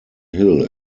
hill